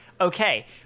okay